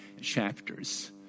chapters